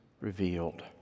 revealed